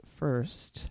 first